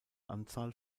anzahl